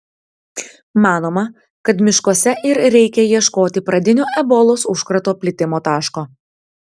manoma kad miškuose ir reikia ieškoti pradinio ebolos užkrato plitimo taško